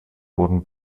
wurden